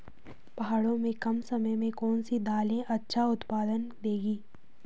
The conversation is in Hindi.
पहाड़ों में कम समय में कौन सी दालें अच्छा उत्पादन देंगी?